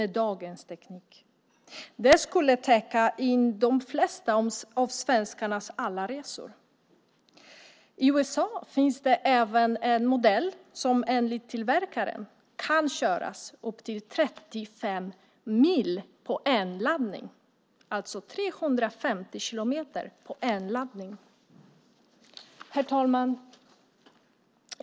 Det skulle täcka in de flesta av svenskarnas alla resor. I USA finns även en modell som enligt tillverkaren kan köras upp till 35 mil på en laddning, alltså 350 kilometer på en laddning. Herr talman!